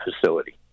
facility